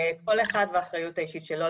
כל אחד והאחריות האישית שלו,